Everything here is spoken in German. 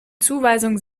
zuweisung